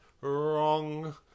Wrong